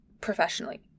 professionally